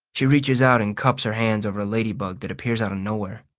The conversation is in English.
she reaches out and cups her hands over a ladybug that appears out of nowhere.